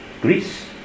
Greece